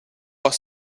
pas